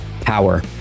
power